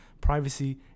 privacy